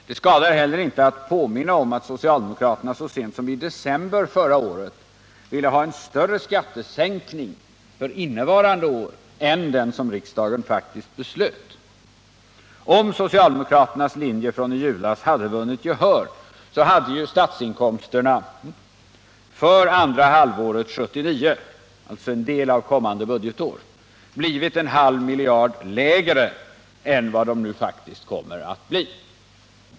Det skadar heller inte att påminna om att socialdemokraterna så sent som i december förra året ville ha en betydligt större skattesänkning för innevarande år än den som riksdagen faktiskt beslöt. Om socialdemokraternas linje från i julas hade vunnit gehör, hade ju statsinkomsterna för andra halvåret 1979 — alltså en del av kommande budgetår — blivit en halv miljard lägre än vad de nu faktiskt kommer att bli.